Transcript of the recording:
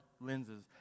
lenses